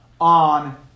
On